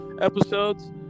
episodes